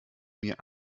mir